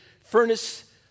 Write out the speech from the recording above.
furnace